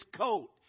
coat